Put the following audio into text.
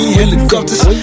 helicopters